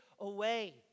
away